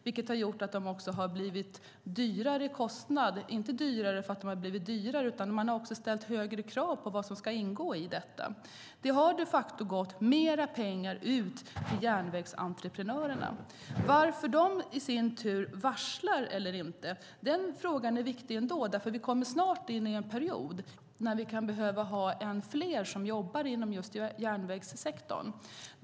Det har gjort att kostnaden blivit högre. Det har alltså blivit dyrare eftersom man ställt högre krav på vad som ska ingå. Därför har det gått mer pengar till järnvägsentreprenörerna. Varför dessa i sin tur varslar eller inte är en viktig fråga, för vi kommer snart in i en period när vi kan behöva ha fler som jobbar inom just järnvägssektorn.